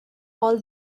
all